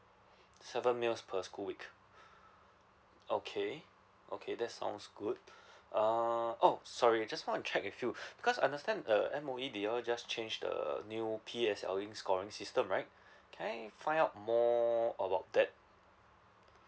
seven meals per school week okay okay that sounds good um oh sorry just want to check with you because understand uh M_O_E they all just change the new P_S_L_E scoring system right can I find out more about that